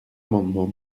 amendement